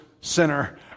sinner